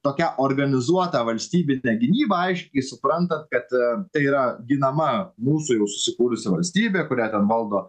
tokia organizuota valstybinė gynyba aiškiai suprantant kad tai yra ginama mūsų jau susikūrusi valstybė kurią valdo